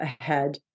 ahead